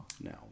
No